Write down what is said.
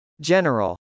General